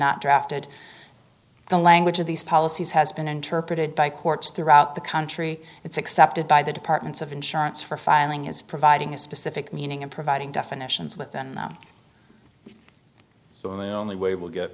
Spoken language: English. not drafted the language of these policies has been interpreted by courts throughout the country it's accepted by the departments of insurance for filing is providing a specific meaning and providing definitions with them so the only way it will get